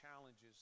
challenges